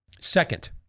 Second